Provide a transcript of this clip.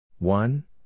One